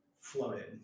floated